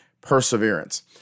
perseverance